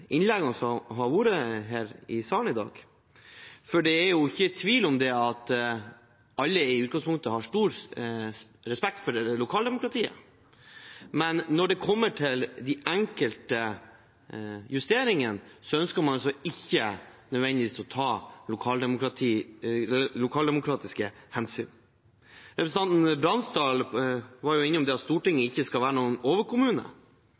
innleggene som har vært her i salen i dag. Det er ingen tvil om at alle i utgangspunktet har stor respekt for lokaldemokratiet, men når det gjelder de enkelte justeringene, ønsker man ikke nødvendigvis å ta lokaldemokratiske hensyn. Representanten Bransdal var innom det at Stortinget